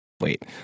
Wait